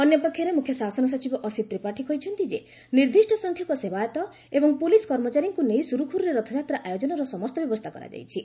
ଅନ୍ୟ ପକ୍ଷରେ ମୁଖ୍ୟଶାସନ ସଚିବ ଅସୀତ ତ୍ରିପାଠୀ କହିଛନ୍ତି ଯେ ନିର୍ଦ୍ଦିଷ୍ଟ ସଂଖ୍ୟକ ସେବାୟତ ଏବଂ ପୁଲିସ୍ କର୍ମଚାରୀଙ୍କୁ ନେଇ ସୁରୁଖୁରୁରେ ରଥଯାତ୍ରା ଆୟୋଜନର ସମସ୍ତ ବ୍ୟବସ୍ଥା କରାଯାଇଛି